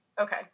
Okay